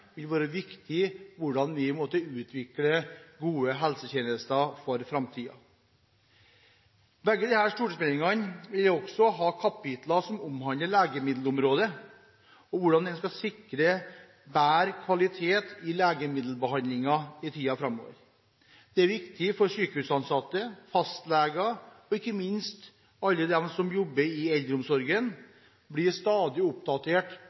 vil være viktige for hvordan vi utvikler gode helsetjenester for framtiden. Begge disse stortingsmeldingene vil også ha kapitler som omhandler legemiddelområdet og hvordan en skal sikre bedre kvalitet i legemiddelbehandlingen i tiden framover. Det er viktig for sykehusansatte, fastleger og ikke minst alle dem som jobber i eldreomsorgen, å bli stadig oppdatert